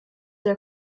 der